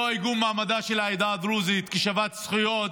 לא עיגון מעמדה של העדה הדרוזית כשוות זכויות,